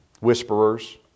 whisperers